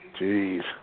Jeez